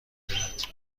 دهد